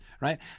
right